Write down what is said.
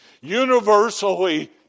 universally